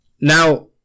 Now